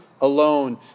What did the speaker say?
alone